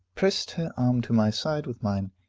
pressed her arm to my side with mine,